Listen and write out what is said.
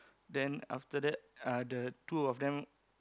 then after that uh the two of them